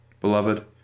Beloved